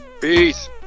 Peace